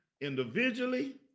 individually